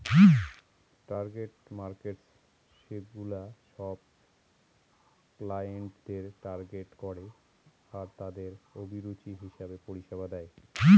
target markets সেগুলা সব ক্লায়েন্টদের টার্গেট করে আরতাদের অভিরুচি হিসেবে পরিষেবা দেয়